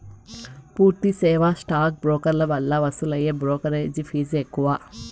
పూర్తి సేవా స్టాక్ బ్రోకర్ల వల్ల వసూలయ్యే బ్రోకెరేజ్ ఫీజ్ ఎక్కువ